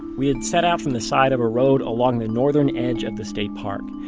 we had set out from the side of a road along the northern edge of the state park.